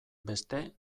beste